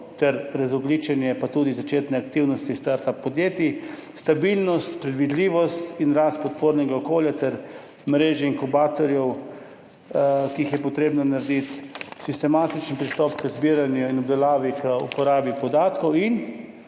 ter razogljičenje, pa tudi začetne aktivnosti startup podjetij, stabilnost, predvidljivost in rast podpornega okolja ter mreže inkubatorjev, ki jih je potrebno narediti, sistematičen pristop k zbiranju in obdelavi, k uporabi podatkov in